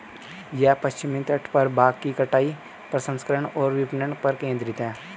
यह पश्चिमी तट पर भांग की कटाई, प्रसंस्करण और विपणन पर केंद्रित है